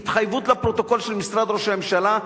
התחייבות לפרוטוקול של משרד ראש הממשלה,